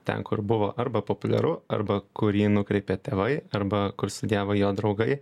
ten kur buvo arba populiaru arba kur jį nukreipė tėvai arba kur studijavo jo draugai